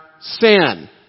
sin